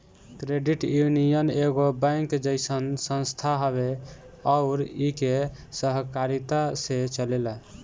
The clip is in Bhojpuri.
क्रेडिट यूनियन एगो बैंक जइसन संस्था हवे अउर इ के सहकारिता से चलेला